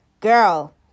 Girl